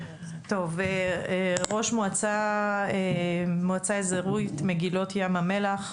ראש מועצה אזורית מגילות ים המלח,